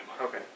Okay